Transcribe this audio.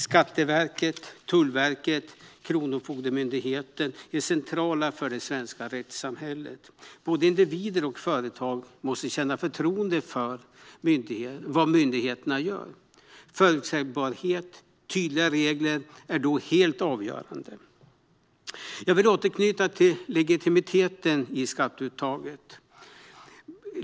Skatteverket, Tullverket och Kronofogdemyndigheten är centrala för det svenska rättssamhället. Både individer och företag måste känna förtroende för det myndigheterna gör. Förutsägbarhet och tydliga regler är då helt avgörande. Jag vill återknyta till legitimiteten i skatteuttaget.